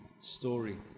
story